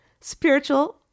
spiritual